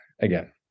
again